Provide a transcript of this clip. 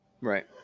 Right